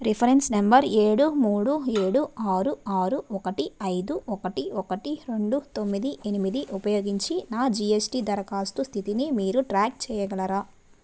reference number ఏడు మూడు ఏడు ఆరు ఆరు ఒకటి ఐదు ఒకటి ఒకటి రెండు తొమ్మిది ఎనిమిది ఉపయోగించి నా జీ ఎస్ టీ దరఖాస్తు స్థితిని మీరు ట్రాక్ చేయగలరా